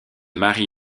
marie